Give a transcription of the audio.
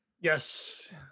Yes